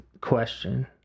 question